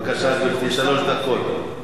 בבקשה, גברתי, שלוש דקות.